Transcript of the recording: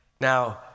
Now